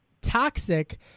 toxic